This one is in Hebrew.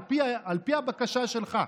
על פי הבקשה שלך.